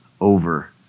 over